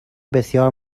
بسیار